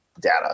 data